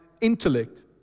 intellect